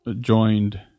joined